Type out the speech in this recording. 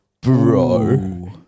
Bro